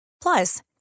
Plus